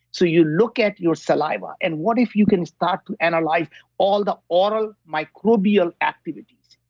so you look at your saliva, and what if you can start to analyze all the oral microbial activities.